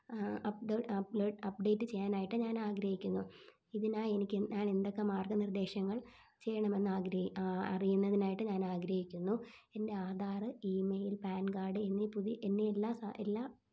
upload upload update ചെയ്യാനായിട്ട് ഞാനാഗ്രഹിക്കുന്നു ഇതിനായെനിക്ക് ഞാനെന്തൊക്കെ മാർഗ്ഗനിർദ്ദേശങ്ങൾ ചെയ്യണമെന്നാഗ്രഹി അറിയുന്നതിനായിട്ട് ഞാനാഗ്രഹിക്കുന്നു എന്റെ ആധാർ ഈമെയിൽ പാൻ കാഡ് എന്നീ പുതിയ എന്നീ എല്ലാ എല്ലാ